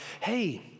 Hey